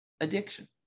addiction